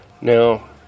Now